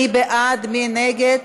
כעת אנחנו נעבור